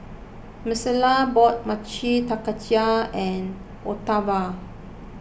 Maricela bought Mochi Taiyaki Octavia